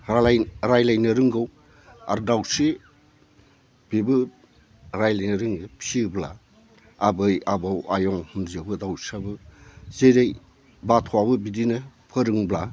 रायज्लायनो रोंगौ आरो दाउस्रि बेबो रायज्लायनो रोङो फिसियोब्ला आबै आबौ आयं बुंजोबो दाउस्रियाबो जेरै बाथ'आबो बिदिनो फोरोंब्ला